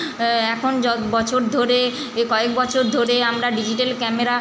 এখন য বছর ধরে এ কয়েক বছর ধরে আমরা ডিজিটাল ক্যামেরা